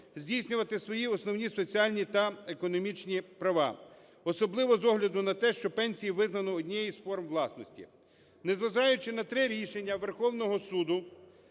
здійснювати свої основні соціальні та економічні права, особливо з огляду на те, що пенсії визнано однією з форм власності. Не зважаючи на три рішення Верховного Суду,